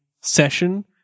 session